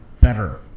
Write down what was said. better